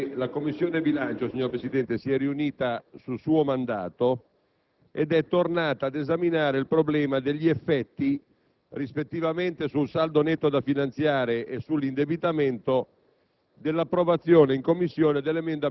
la Commissione bilancio si è riunita ieri su suo mandato, ed è tornata ad esaminare il problema degli effetti rispettivamente sul saldo netto da finanziare e sull'indebitamento